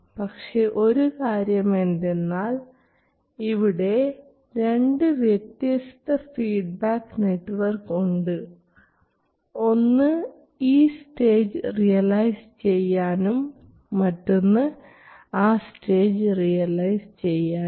പക്ഷേ ഒരു കാര്യം എന്തെന്നാൽ ഇവിടെ രണ്ട് വ്യത്യസ്ത ഫീഡ്ബാക്ക് നെറ്റ്വർക്ക് ഉണ്ട് ഒന്ന് ഈ സ്റ്റേജ് റിയലൈസ് ചെയ്യാനും മറ്റൊന്ന് ആ സ്റ്റേജ് റിയലൈസ് ചെയ്യാനും